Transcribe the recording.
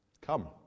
Come